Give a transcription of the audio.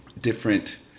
different